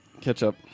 Ketchup